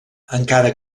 encara